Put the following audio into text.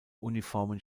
uniformen